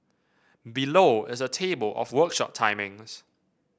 below is a table of workshop timings